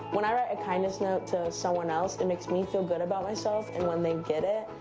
when i write a kindness note to someone else, it makes me feel good about myself and when they get it,